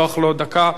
עמדה נוספת.